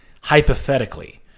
hypothetically